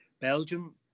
Belgium